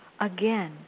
Again